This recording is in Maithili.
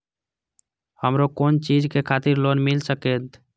हमरो कोन चीज के खातिर लोन मिल संकेत?